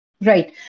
Right